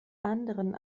anderen